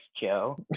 Joe